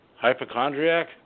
Hypochondriac